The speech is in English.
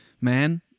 man